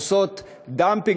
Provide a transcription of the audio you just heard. עושות dumping,